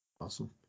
Awesome